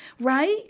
right